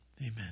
Amen